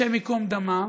השם ייקום דמה,